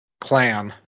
clan